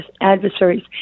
adversaries